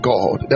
God